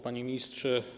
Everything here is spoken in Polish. Panie Ministrze!